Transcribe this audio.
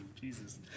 Jesus